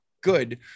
good